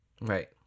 Right